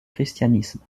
christianisme